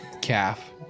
calf